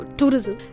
tourism